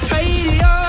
Radio